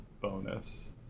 bonus